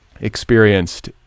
experienced